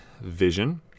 Vision